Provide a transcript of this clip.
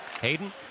Hayden